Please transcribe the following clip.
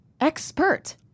expert